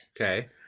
Okay